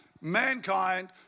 mankind